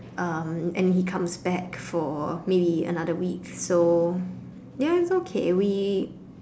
um and he comes back for maybe another week so ya it's okay we